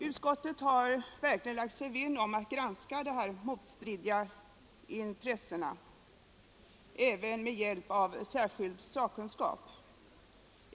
Utskottet har verkligen lagt sig vinn om att granska de motstridiga intressena även med hjälp av särskild sakkunskap.